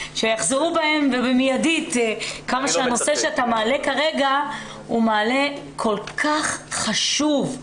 שיחזרו בהם במיידית כמה שהנושא שאתה מעלה כרגע הוא כל כך חשוב,